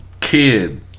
kid